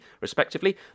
respectively